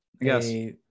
yes